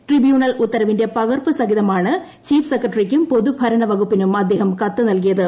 tribunal ഉത്തരവിന്റെ പകർപ്പ് സഹിതമാണ് ചീഫ് സെക്രട്ടറിയ്ക്കും പൊതുഭരണ വകുപ്പിനും അദ്ദേഹം കത്ത് നൽകിയത്